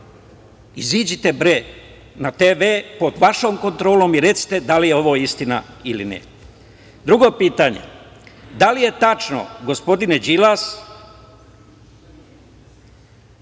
izađite, bre, na TV pod vašom kontrolom i recite da li je ovo istina ili ne. Drugo pitanje – da li je tačno, gospodine Đilas,